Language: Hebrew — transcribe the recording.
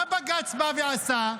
מה בג"ץ מה ועשה?